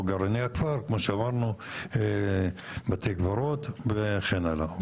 או גרעיני הכפר כמו שאמרנו בתי קברות וכן הלאה.